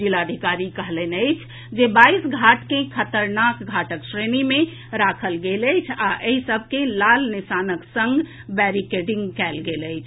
जिलाधिकारी कहलनि जे बाईस घाट के खतरनाक घाटक श्रेणी मे राखल गेल अछि आ एहि सभ के लाल निशानक संग बैरिकेडिंग कयल गेल अछि